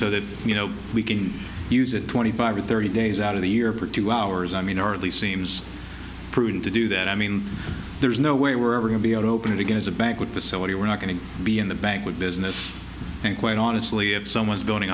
so that you know we can use it twenty five or thirty days out of the year for two hours i mean or the seems prudent to do that i mean there's no way we're ever going to open it again as a banquet facility we're not going to be in the bank with business and quite honestly if someone's going to